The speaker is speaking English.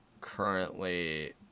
Currently